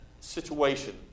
situation